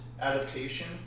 adaptation